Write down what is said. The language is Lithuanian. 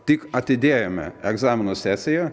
tik atidėjome egzaminų sesiją